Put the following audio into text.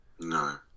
No